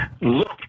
look